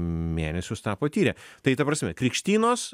mėnesius tą patyrė tai ta prasme krikštynos